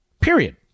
period